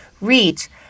reach